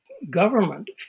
government